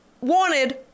wanted